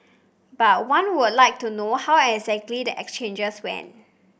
but one would like to know how exactly the exchanges went